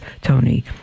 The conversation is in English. Tony